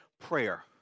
prayer